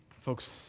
Folks